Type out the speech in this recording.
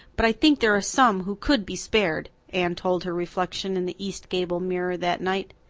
but i think there are some who could be spared, anne told her reflection in the east gable mirror that night.